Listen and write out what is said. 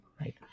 right